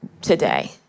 today